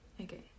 Okay